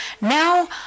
now